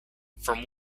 from